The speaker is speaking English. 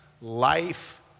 life